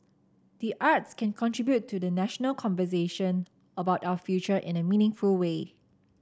the arts can contribute to the national conversation about our future in a meaningful way